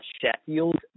Sheffield